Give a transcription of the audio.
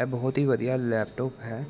ਇਹ ਬਹੁਤ ਹੀ ਵਧੀਆ ਲੈਪਟੋਪ ਹੈ